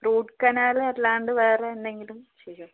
root canal അല്ലാണ്ട് വേറെ എന്തെങ്കിലും ചെയ്യുമോ